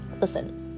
listen